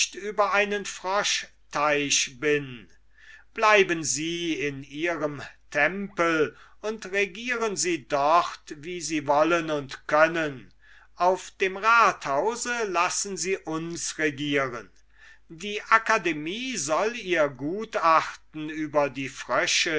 über einen froschteich bin bleiben sie in ihrem tempel und regieren sie dort wie sie wollen und können auf dem rathause lassen sie uns regieren die akademie soll ihr gutachten über die frösche